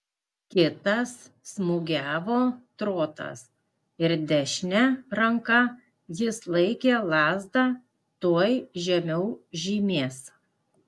kitas smūgiavo trotas ir dešine ranka jis laikė lazdą tuoj žemiau žymės